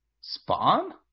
Spawn